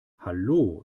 hallo